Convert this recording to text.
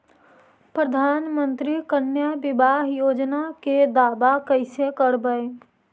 प्रधानमंत्री कन्या बिबाह योजना के दाबा कैसे करबै?